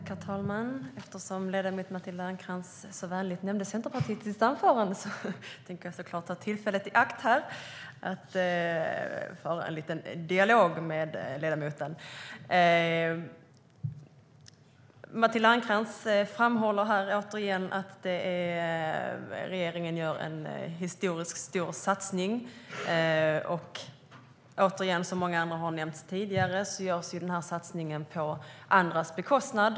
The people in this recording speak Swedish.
Herr talman! Eftersom ledamot Matilda Ernkrans så vänligt nämnde Centerpartiet i sitt anförande tänker jag ta tillfället i akt och föra en liten dialog med ledamoten. Matilda Ernkrans framhåller åter att regeringen gör en historiskt stor satsning. Men som många tidigare har nämnt görs satsningen på andras bekostnad.